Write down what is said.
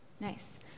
Nice